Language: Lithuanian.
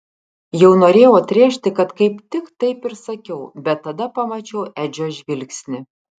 jau norėjau atrėžti kad kaip tik taip ir sakiau bet tada pamačiau edžio žvilgsnį